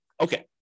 Okay